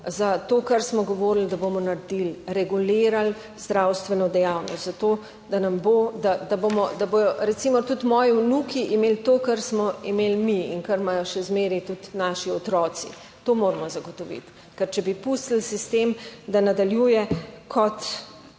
za to, kar smo govorili, da bomo naredili, regulirali zdravstveno dejavnost zato, da nam bo, da bomo, da bodo recimo tudi moji vnuki imeli to, kar smo imeli mi in kar imajo še zmeraj tudi naši otroci. To moramo zagotoviti, ker če bi pustili sistem, da nadaljuje kot